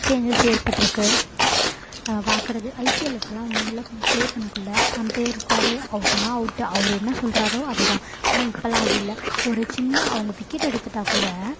changes ஏற்பட்டிருக்கு நான் பார்க்கறது ஐபிஎல்லில் இப்போல்லாம் முன்னாடிலாம் ப்ளே பண்ணக்குள்ளே அம்பயர் இருப்பார் அவுட்டுனா அவுட்டு அவர் என்ன சொல்கிறாரோ அது தான் ஆனால் இப்போல்லாம் அப்படி இல்லை ஒரு சின்ன அவங்க விக்கெட் எடுத்துவிட்டாக் கூட